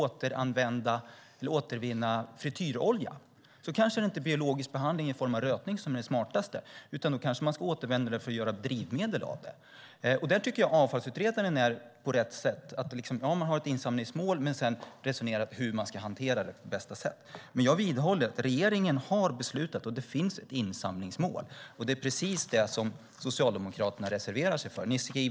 Om man ska återvinna frityrolja kanske det inte är biologisk behandling i form av rötning som är det smartaste, utan att man återanvänder oljan för att göra drivmedel. Där tycker jag att avfallsutredaren är på rätt väg. Man har ett insamlingsmål, men resonerar sedan om hur man ska hantera det på bästa sätt. Regeringen har fattat ett beslut. Det finns ett insamlingsmål. Men det är precis det som Socialdemokraterna reserverar sig för.